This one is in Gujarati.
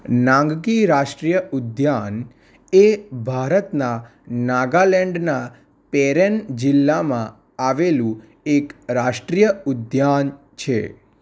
નાંગકી રાષ્ટ્રીય ઉદ્યાન એ ભારતના નાગાલેન્ડના પેરેન જિલ્લામાં આવેલું એક રાષ્ટ્રીય ઉદ્યાન છે